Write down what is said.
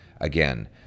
again